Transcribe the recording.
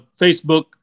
Facebook